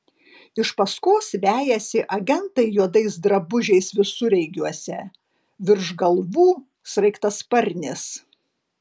iš paskos vejasi agentai juodais drabužiais visureigiuose virš galvų sraigtasparnis